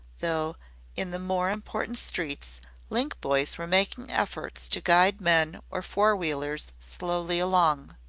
though in the more important streets link-boys were making efforts to guide men or four-wheelers slowly along.